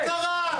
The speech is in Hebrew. מה קרה?